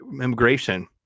immigration